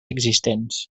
existents